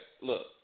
look